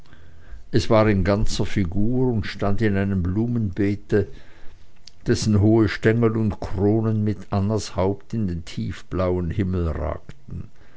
es war in ganzer figur und stand in einem blumenbeete dessen hohe stengel und kronen mit annas haupt in den tiefblauen himmel ragten